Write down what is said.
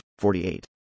48